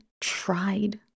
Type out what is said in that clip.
tried